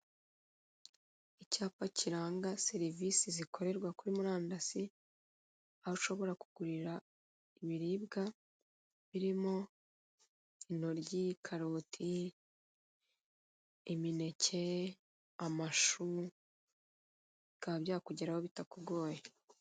Icyapa kiranga serivisi zikorerwa kuri murandasi, aho ushobora kugurira ibiribwa birimo inoryi, karoroti, imineke, amashumi bikaba byakugeraho bitakugoye.